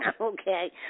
Okay